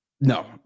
no